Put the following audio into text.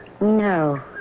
No